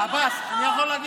לא נכון.